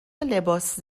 لباس